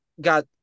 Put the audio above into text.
got